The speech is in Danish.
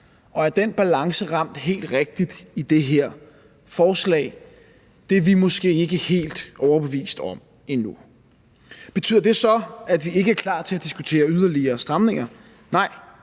Og er den balance ramt helt rigtigt i det her forslag? Det er vi måske ikke helt overbevist om endnu. Betyder det så, at vi ikke er klar til at diskutere yderligere stramninger? Nej,